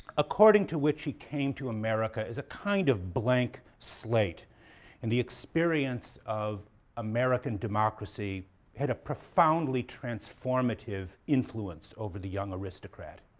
according to which he came to america as a kind of blank slate and the experience of american democracy had a profoundly transformative influence over the young aristocrat.